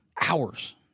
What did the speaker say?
Hours